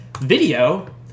video